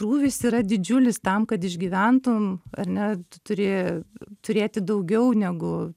krūvis yra didžiulis tam kad išgyventum ar ne tu turi turėti daugiau negu